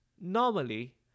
Normally